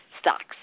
stocks